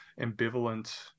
ambivalent